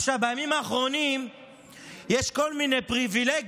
עכשיו, בימים האחרונים יש כל מיני פריבילגים